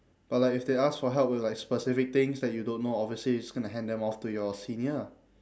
but like if they ask for help with like specific things that you don't know obviously you're just gonna hand them off to your senior